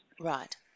Right